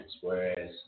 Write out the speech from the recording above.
whereas